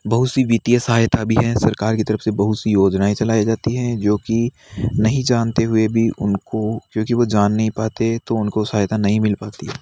बहुत सी वित्तीय सहायता भी हैं सरकार की तरफ से बहुत सी योजनाएं चलाई जाती हैं जो कि नहीं जानते हुए भी उन को क्योंकि वह जान नहीं पाते तो उन को सहायता नहीं मिल पाती है